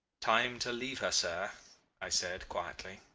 time to leave her, sir i said, quietly.